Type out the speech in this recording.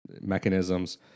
mechanisms